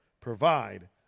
provide